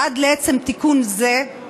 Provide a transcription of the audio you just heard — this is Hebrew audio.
עד לעצם תיקון זה,